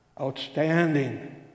outstanding